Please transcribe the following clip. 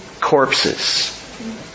corpses